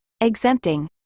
Exempting